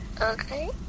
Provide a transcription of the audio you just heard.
Okay